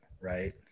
right